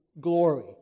glory